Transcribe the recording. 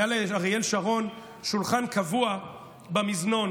היה לאריאל שרון שולחן קבוע במזנון.